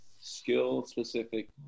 skill-specific